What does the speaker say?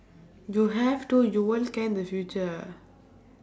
you have to you won't care in the future